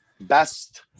Best